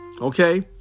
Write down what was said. Okay